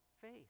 faith